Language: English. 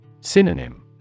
Synonym